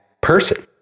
person